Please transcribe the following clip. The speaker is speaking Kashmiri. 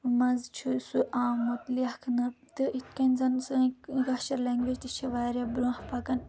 منٛز چھُ سُہ آمُت لیکھنہٕ تہٕ یِتھ کٔنۍ زَن سٲنۍ کٲشِر لینٛگویج تہِ چھِ واریاہ برونٛہہ پَکان